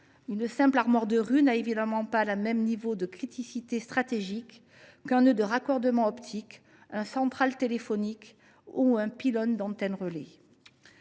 Une simple armoire de rue n’a évidemment pas le même niveau de criticité stratégique qu’un nœud de raccordement optique, un central téléphonique ou un pylône d’antenne relais.